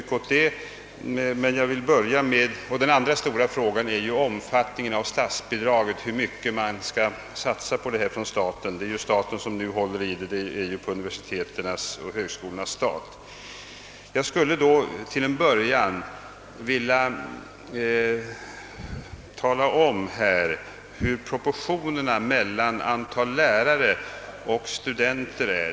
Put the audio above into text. En annan stor fråga gäller omfattningen av statsbidraget, hur mycket staten skall satsa, eftersom verksamheten numera inrymmes i universitetens och högskolornas stater. Först vill jag tala om vilka propotioner som råder mellan antalet idrottslärare och studenter.